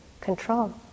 control